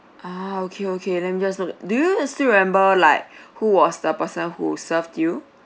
ah okay okay let me just note do you still remember like who was the person who served you